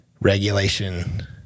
regulation